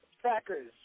Crackers